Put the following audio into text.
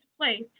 place